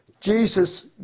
Jesus